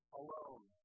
alone